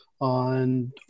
on